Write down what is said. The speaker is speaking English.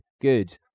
good